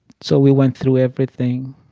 so we went through everything.